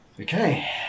Okay